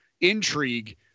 intrigue